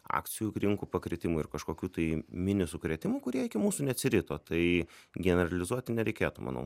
akcijų rinkų pakritimu ir kažkokių tai mini sukrėtimų kurie iki mūsų neatsirito tai generalizuoti nereikėtų manau